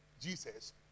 Jesus